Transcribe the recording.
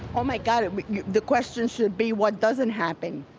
oh my god, the question should be what doesn't happen.